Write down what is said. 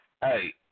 Hey